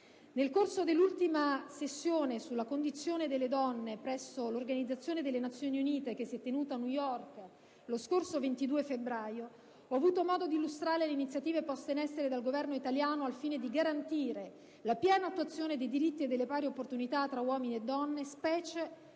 Nel corso dell'ultima sessione sulla condizione delle donne presso l'Organizzazione delle Nazioni Unite, tenutasi a New York lo scorso 22 febbraio, ho avuto modo di illustrare le iniziative poste in essere dal Governo italiano al fine di garantire la piena attuazione dei diritti e delle pari opportunità tra uomini e donne, specie